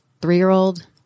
three-year-old